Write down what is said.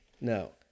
No